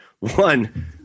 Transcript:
One